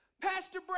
Pastor